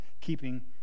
keeping